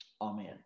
Amen